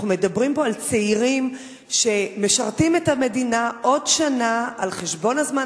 אנחנו מדברים פה על צעירים שמשרתים את המדינה עוד שנה על חשבון הזמן